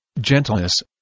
gentleness